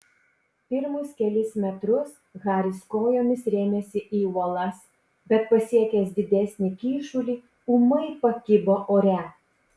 pirmus kelis metrus haris kojomis rėmėsi į uolas bet pasiekęs didesnį kyšulį ūmai pakibo ore